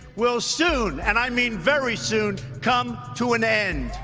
will soon and i mean very soon, come to an end.